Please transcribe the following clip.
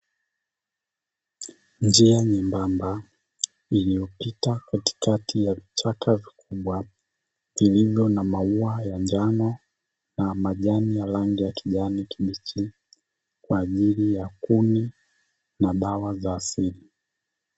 Njia nyembamba, iliyopita katikati ya vichaka vikubwa, vilivyo na maua ya njano na majani ya rangi ya kijani kibichi, kwa ajili ya kuni na dawa za asili.